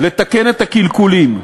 לתקן את הקלקולים.